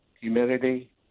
humidity